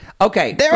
Okay